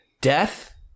death